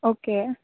okay